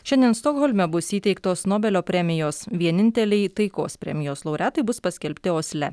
šiandien stokholme bus įteiktos nobelio premijos vieninteliai taikos premijos laureatai bus paskelbti osle